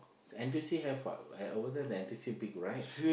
N_T_U_C have what at over there the N_T_U_C big right